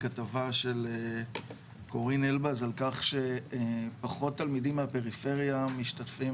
כתבה של קורין אלבז על כך שפחות תלמידים מהפריפריה משתתפים